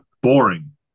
boring